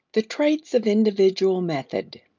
the traits of individual method.